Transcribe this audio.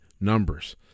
numbers